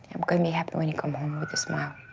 i'm gonna be happy when you come home with a smile.